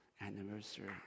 anniversary